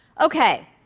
ok.